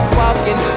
walking